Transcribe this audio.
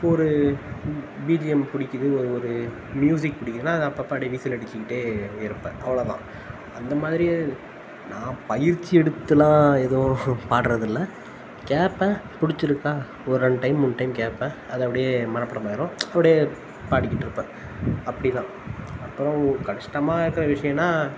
இப்போ ஒரு பிஜிஎம் பிடிக்கிது ஒரு ஒரு மியூசிக் பிடிக்கிதுன்னா அதை அப்பப்போ அப்படியே விசில் அடிச்சுக்கிட்டே இருப்பேன் அவ்வளோதான் அந்த மாதிரியே நான் பயிற்சி எடுத்தெல்லாம் எதுவும் பாடுறது இல்லை கேட்பேன் பிடிச்சிருக்கா ஒரு ரெண்டு டைம் மூணு டைம் கேட்பேன் அது அப்படியே மனப்பாடம் ஆகிரும் அப்படியே பாடிக்கிட்டு இருப்பேன் அப்படிதான் அப்புறம் கஷ்டமாக இருக்கிற விஷயன்னால்